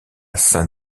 saint